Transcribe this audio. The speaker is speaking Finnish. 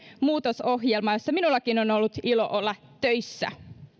muutosohjelmaa jossa minullakin on on ollut ilo olla töissä